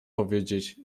powiedzieć